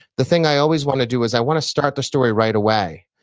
the thing i always want to do is i want to start the story right away.